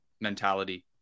mentality